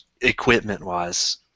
equipment-wise